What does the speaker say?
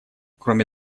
кроме